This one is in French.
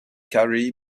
carey